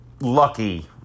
lucky